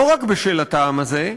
לא רק בשל הטעם הזה,